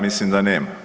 Mislim da nema.